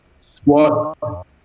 Squat